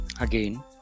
Again